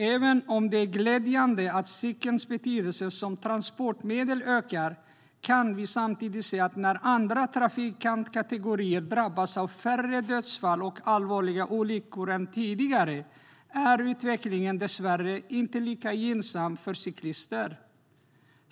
Även om det är glädjande att cykelns betydelse som transportmedel ökar kan vi samtidigt se att när andra trafikantkategorier drabbas av färre dödsfall och allvarliga olyckor än tidigare är utvecklingen dessvärre inte lika gynnsam för cyklister.